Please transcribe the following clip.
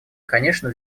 конечно